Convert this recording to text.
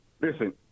listen